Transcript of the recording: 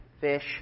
fish